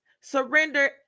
surrender